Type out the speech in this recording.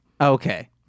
Okay